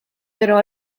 però